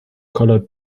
colored